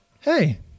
Hey